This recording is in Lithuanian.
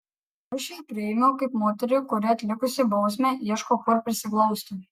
aš ją priėmiau kaip moterį kuri atlikusi bausmę ieško kur prisiglausti